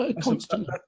constantly